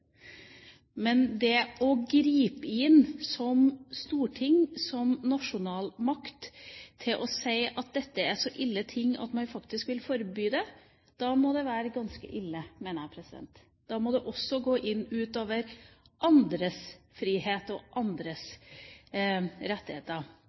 å gripe inn som storting, som nasjonalmakt, og si at dette er så ille at man faktisk vil forby det, da mener jeg det må være ganske ille. Da må det også gå ut over andres frihet og